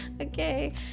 Okay